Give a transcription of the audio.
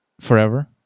forever